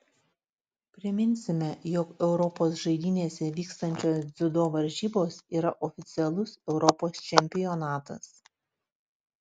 priminsime jog europos žaidynėse vykstančios dziudo varžybos yra oficialus europos čempionatas